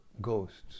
ghosts